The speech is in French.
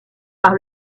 par